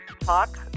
talk